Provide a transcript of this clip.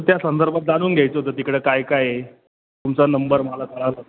त्या संदर्भात जाणून घ्यायचं होतं तिकडं काय काय आहे तुमचा नंबर मला कळाला